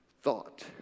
thought